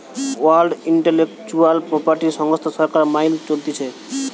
world intellectual property সংস্থা সরকার মাইল চলতিছে